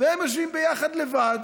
והם יושבים ביחד, לבד,